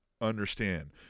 Understand